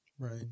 Right